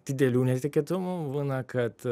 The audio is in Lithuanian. didelių netikėtumų būna kad